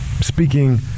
speaking